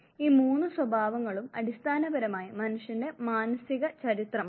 ഈ മൂന്ന് സ്വഭാവങ്ങളും അടിസ്ഥാനപരമായി മനുഷ്യന്റെ മാനസിക ചരിത്രമാണ്